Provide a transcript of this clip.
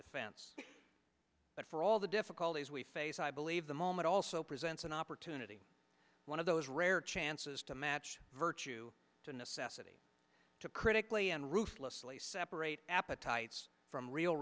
defense but for all the difficulties we face i believe the moment also presents an opportunity one of those rare chances to match virtue to necessity to critically and ruthlessly separate appetites from real